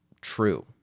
true